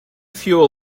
fuel